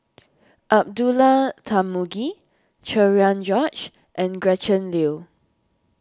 Abdullah Tarmugi Cherian George and Gretchen Liu